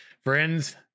friends